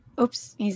Oops